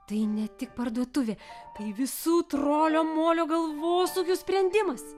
tai ne tik parduotuvė tai visų trolio molio galvosūkių sprendimas